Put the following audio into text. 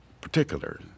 particular